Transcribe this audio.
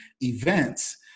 events